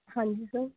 ਹਾਂਜੀ ਸਰ